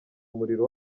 umuriro